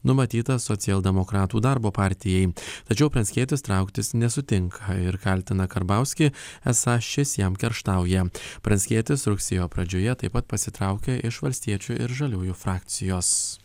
numatyta socialdemokratų darbo partijai tačiau pranckietis trauktis nesutinka ir kaltina karbauskį esą šis jam kerštauja pranckietis rugsėjo pradžioje taip pat pasitraukė iš valstiečių ir žaliųjų frakcijos